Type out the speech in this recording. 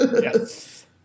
Yes